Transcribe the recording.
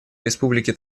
республики